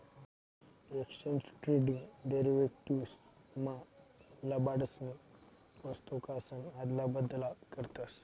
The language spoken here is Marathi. एक्सचेज ट्रेडेड डेरीवेटीव्स मा लबाडसनी वस्तूकासन आदला बदल करतस